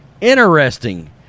Interesting